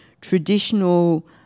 traditional